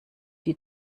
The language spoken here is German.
die